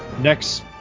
next